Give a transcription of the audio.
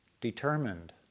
determined